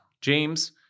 James